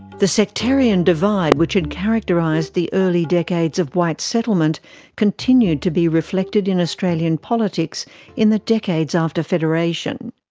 the sectarian divide which had characterised the early decades of white settlement continued to be reflected in australian politics in the decades after federation.